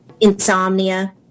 insomnia